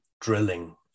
drilling